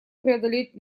преодолеть